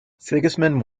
sigismund